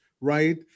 right